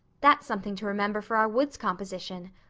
that's something to remember for our woods composition.